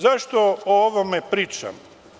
Zašto o ovome pričam?